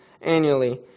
annually